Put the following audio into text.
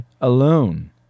alone